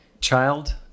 Child